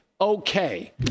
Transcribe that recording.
Okay